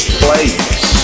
place